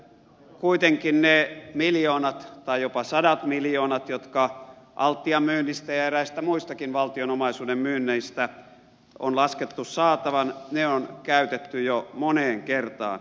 kuitenkin ne miljoonat tai jopa sadat miljoonat jotka altian myynnistä ja eräistä muistakin valtion omaisuuden myynneistä on laskettu saatavan on käytetty jo moneen kertaan